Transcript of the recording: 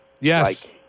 Yes